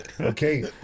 Okay